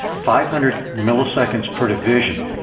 five hundred milliseconds per division.